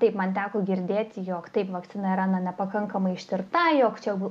taip man teko girdėti jog taip vakcina yra na nepakankamai ištirta jog čia